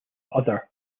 other